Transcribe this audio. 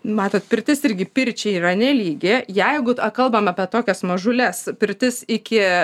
matot pirtis irgi pirčiai yra nelygi jeigu kalbam apie tokias mažules pirtis iki